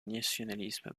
nationalisme